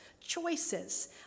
choices